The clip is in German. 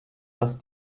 dass